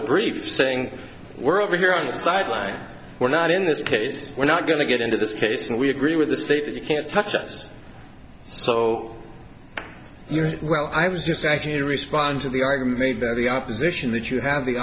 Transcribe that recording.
a brief saying we're over here on the sideline we're not in this case we're not going to get into this case and we agree with the state that you can't touch us so well i was just actually respond to the argument made by the opposition that you have the